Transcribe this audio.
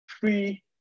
free